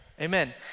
Amen